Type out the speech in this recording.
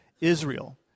Israel